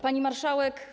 Pani Marszałek!